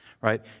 right